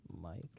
Mike